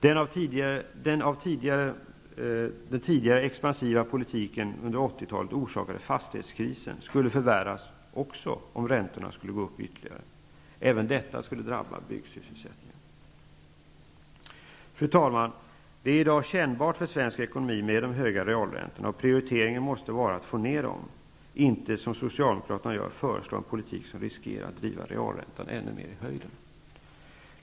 Den av den tidigare förda expansiva politiken under 80-talet förorsakade fastighetskrisen skulle också förvärras, om räntorna skulle gå upp ytterligare. Även detta drabbar byggsysselsättningen. Fru talman! Det är i dag kännbart för svensk ekonomi med de höga realräntorna. Prioriteringen måste vara att få ned dem, inte att, som Socialdemokaterna gör, föreslå en politik som riskerar att driva realräntan ännu mer i höjden.